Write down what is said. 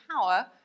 power